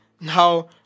now